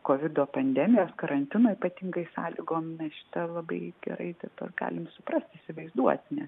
kovido pandemijos karantino ypatingai sąlygom mes šitą labai gerai dabar galim suprasti įsivaizduoti net